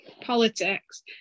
politics